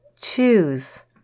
choose